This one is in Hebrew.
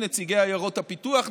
נציגי עיירות הפיתוח,